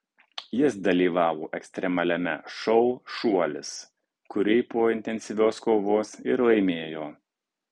jis dalyvavo ekstremaliame šou šuolis kurį po intensyvios kovos ir laimėjo